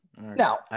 Now